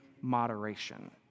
moderation